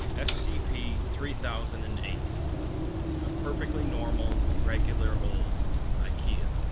scp three thousand and eight a perfectly normal, regular old ikea